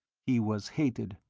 he was hated.